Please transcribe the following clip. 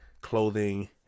clothing